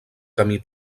camí